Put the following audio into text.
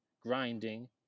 grinding